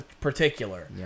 particular